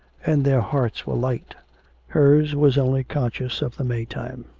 and their hearts were light hers was only conscious of the may-time,